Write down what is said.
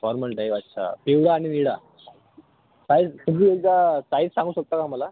formal type अच्छा पिवळा आणि निळा साईज तुम्ही एकदा साईज सांगू शकता का मला